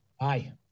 aye